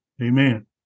Amen